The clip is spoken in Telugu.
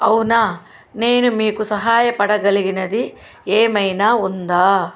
అవునా నేను మీకు సహాయపడగలిగినది ఏమైనా ఉందా